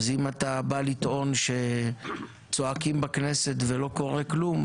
אז אם אתה בא לטעון שצועקים בכנסת ולא קורה כלום,